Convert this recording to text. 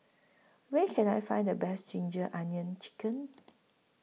Where Can I Find The Best Ginger Onions Chicken